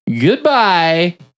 Goodbye